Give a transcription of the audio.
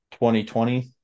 2020